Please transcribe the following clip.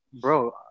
bro